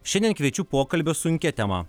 šiandien kviečiu pokalbio sunkia tema